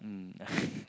mm